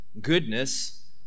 goodness